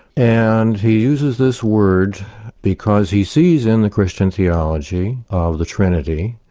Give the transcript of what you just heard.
and he uses this word because he sees in the christian theology of the trinity,